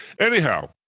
Anyhow